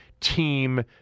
team